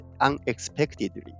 unexpectedly